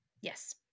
Yes